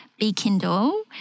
BeKindle